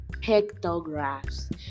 pictographs